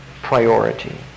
priority